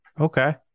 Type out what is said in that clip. Okay